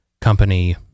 company